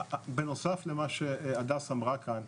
בנוסף למה שהדס אמרה כאן,